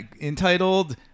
entitled